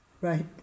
right